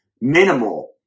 minimal